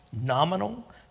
nominal